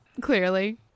clearly